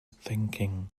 thinking